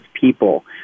people